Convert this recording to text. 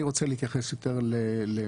אני רוצה להתייחס יותר למספרים.